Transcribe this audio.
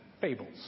fables